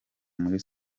muri